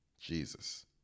Jesus